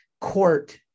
court